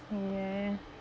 ya